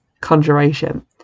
conjuration